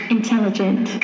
Intelligent